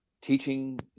teaching